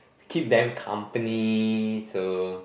keep them company so